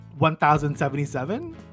1077